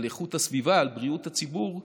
על איכות הסביבה, על בריאות הציבור,